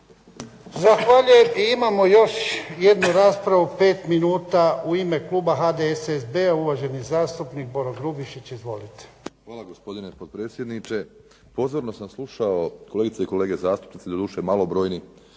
Zahvaljujem. I imamo još jednu raspravu, 5 minuta u ime kluba HDSSB-a, uvaženi zastupnik Boro Grubišić, izvolite. **Grubišić, Boro (HDSSB)** Hvala gospodine potpredsjedniče. Pozorno sam slušao kolegice i kolege zastupnici, doduše malobrojni,